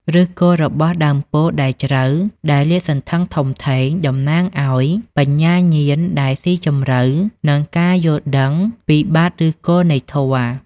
ឫសគល់របស់ដើមពោធិ៍ដែលជ្រៅ និងលាតសន្ធឹងធំធេង តំណាងឱ្យ បញ្ញាញាណដែលស៊ីជម្រៅ និងការយល់ដឹងពីបាតឫសគល់នៃធម៌។